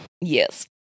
Yes